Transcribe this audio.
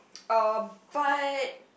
uh but